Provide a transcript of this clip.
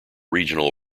regional